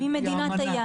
לא.